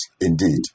Indeed